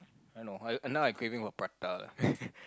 I don't know I now I craving for prata lah